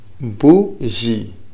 bougie